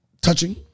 touching